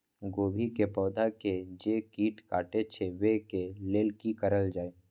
गोभी के पौधा के जे कीट कटे छे वे के लेल की करल जाय?